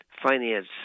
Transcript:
Finance